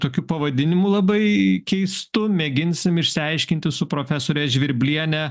tokius pavadinimu labai keistu mėginsim išsiaiškinti su profesore žvirbliene